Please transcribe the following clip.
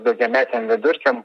daugiametėm vidurkiam